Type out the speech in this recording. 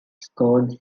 scored